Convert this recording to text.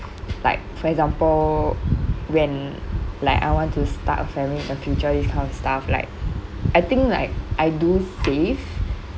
like for example when like I want to start a family in the future this kind of stuff like I think like I do save